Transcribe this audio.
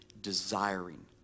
desiring